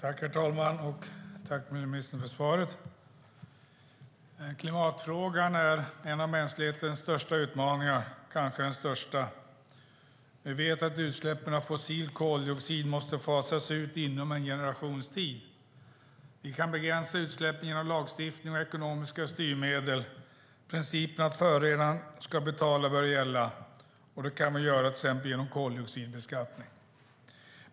Herr talman! Tack för svaret, miljöministern! Klimatfrågan är en av mänsklighetens kanske största utmaningar. Vi vet att utsläppen av fossil koldioxid måste fasas ut inom en generation. Vi kan begränsa utsläppen genom lagstiftning och ekonomiska styrmedel. Principen att förorenaren ska betala bör gälla. Det kan man göra genom till exempel koldioxidbeskattning.